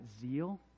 zeal